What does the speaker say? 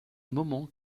moment